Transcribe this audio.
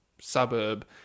suburb